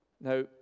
Now